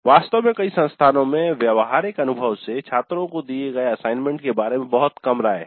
वास्तव में कई संस्थानों में व्यावहारिक अनुभव से छात्रों को दिए गए असाइनमेंट के बारे में बहुत कम राय है